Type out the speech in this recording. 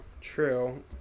true